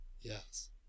yes